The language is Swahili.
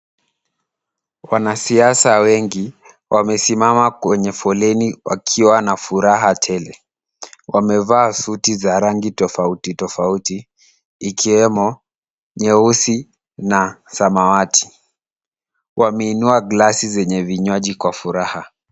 Wanasiasa wengi wamesimama kwenye foleni wakiwa na furaha tele. Wamevaa suti za rangi tofautitofauti ikiwemo nyeusi na samawati. Wameinua glasi zenye vinywaji kwa furaha.